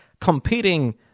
competing